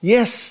Yes